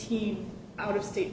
team out of state